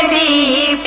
e